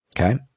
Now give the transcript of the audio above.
Okay